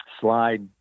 slide